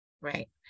right